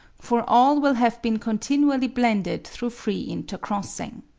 for all will have been continually blended through free intercrossing.